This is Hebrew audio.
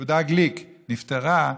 יהודה גליק, נפטרה,